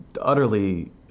utterly